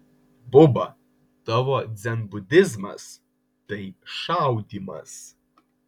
buba tavo dzenbudizmas tai šaudymas